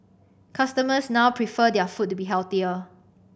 customers now prefer their food to be healthier